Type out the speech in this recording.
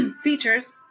features